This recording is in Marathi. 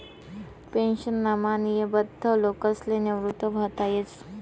पेन्शनमा नियमबद्ध लोकसले निवृत व्हता येस